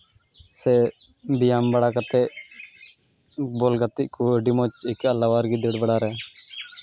ᱥᱮ ᱵᱮᱭᱟᱢ ᱵᱟᱲᱟ ᱠᱟᱛᱮᱫ ᱵᱚᱞ ᱜᱟᱛᱮ ᱠᱚ ᱟᱹᱰᱤ ᱢᱚᱡᱽ ᱟᱹᱭᱠᱟᱹᱜᱼᱟ ᱨᱟᱣᱟᱞ ᱜᱮ ᱫᱟᱹᱲ ᱵᱟᱲᱟᱨᱮ